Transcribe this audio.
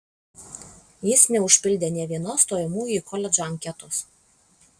jis neužpildė nė vienos stojamųjų į koledžą anketos